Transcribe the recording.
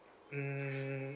mm